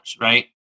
right